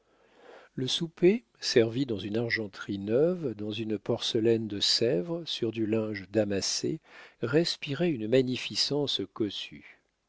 le souper servi dans une argenterie neuve dans une porcelaine de sèvres sur du linge damassé respirait une magnificence cossue